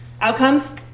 outcomes